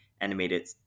animated